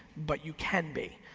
but you can be.